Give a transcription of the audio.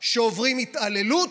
שעוברים התעללות,